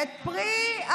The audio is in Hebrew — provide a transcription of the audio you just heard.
איך הגענו, אתה,